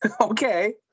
okay